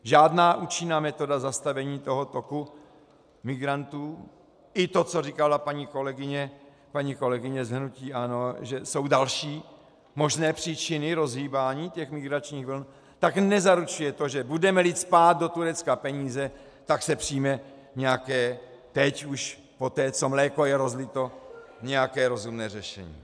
Žádná účinná metoda zastavení toho toku migrantů, i to, co říkala paní kolegyně z hnutí ANO, že jsou další možné příčiny rozhýbání migračních vln, tak nezaručuje to, že budemeli cpát do Turecka peníze, tak se přijme nějaké, teď už poté, co mléko je rozlito, nějaké rozumné řešení.